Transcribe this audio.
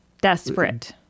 desperate